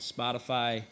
Spotify